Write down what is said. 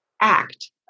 act